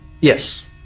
Yes